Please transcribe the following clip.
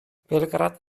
belgrad